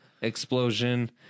explosion